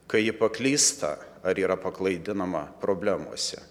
kai ji paklysta ar yra paklaidinama problemose